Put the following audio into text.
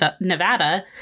Nevada